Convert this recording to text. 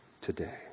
today